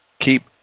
Keep